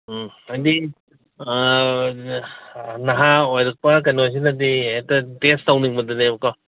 ꯎꯝ ꯍꯥꯏꯗꯤ ꯅꯍꯥ ꯑꯣꯏꯔꯛꯄ ꯀꯩꯅꯣꯁꯤꯅꯗꯤ ꯍꯦꯛꯇ ꯇꯦꯁ ꯇꯧꯅꯤꯡꯕꯗꯨꯅꯦꯕꯀꯣ